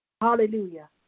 Hallelujah